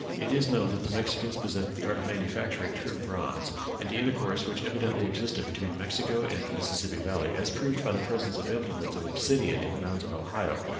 it is known that the mexicans possessed the art of manufacturing true bronze and the intercourse which evidently existed between mexico and the mississippi valley, as proved by the presence of implements of obsidian in the mounds of ohio,